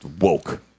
woke